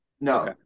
No